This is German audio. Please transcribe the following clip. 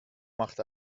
macht